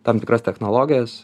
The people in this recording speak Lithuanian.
tam tikras technologijas